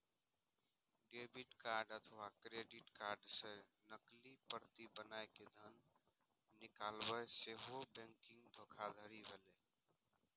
debit card अथवा credit card के नकली प्रति बनाय कें धन निकालब सेहो बैंकिंग धोखाधड़ी भेलै